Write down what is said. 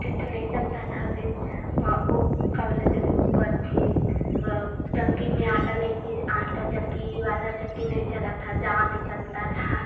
tractor नहीं चलता था फिन ओ का बोला जात ऊ कर थिन चक्की में आटा नहीं आटा चक्की ई वाला चक्की नहीं चला था जाँत चलता था